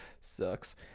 Sucks